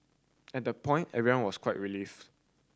and the point everyone was quite relieved